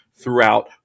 throughout